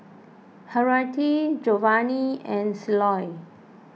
Henriette Jovani and Ceola